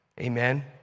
Amen